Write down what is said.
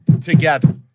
together